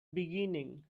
beginning